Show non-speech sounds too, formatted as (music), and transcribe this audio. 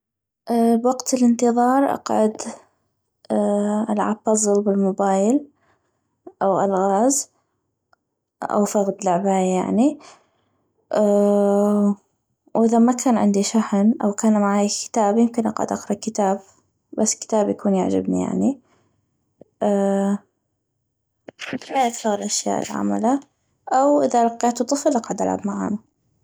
بوقت الانتظار اقعد العب بزل بالموبايل او الغاز او فغد لعباي يعني (hesitation) واذا ما كان عندي شحن او كان معاي كتاب يمكن اقعد اقرا كتاب بس كتاب يكون يعجبني يعني (noise) (hesitation) هاي اكثغ الاشياء الي اعملا او اذا لقيتو طفل اقعد العب معانو